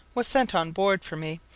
was sent on board for me,